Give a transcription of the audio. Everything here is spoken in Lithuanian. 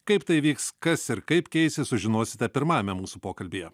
kaip tai vyks kas ir kaip keisis sužinosite pirmajame mūsų pokalbyje